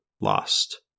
lost